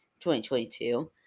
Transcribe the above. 2022